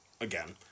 again